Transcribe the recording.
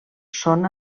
són